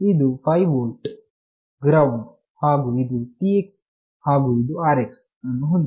ಇದು 5 volt ground ಹಾಗು ಇದು TX ಹಾಗು ಇದು RX ಗಳನ್ನು ಹೊಂದಿದೆ